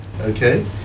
okay